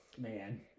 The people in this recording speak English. man